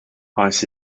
ice